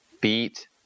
beat